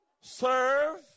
Serve